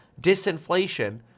disinflation